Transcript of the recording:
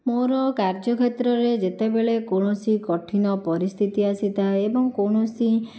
ମୋର କାର୍ଯ୍ୟ କ୍ଷେତ୍ରରେ ଯେତେବେଳେ କୌଣସି କଠିନ ପରିସ୍ଥିତି ଆସିଥାଏ ଏବଂ କୌଣସି